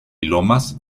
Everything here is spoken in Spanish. lomas